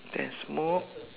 then smoke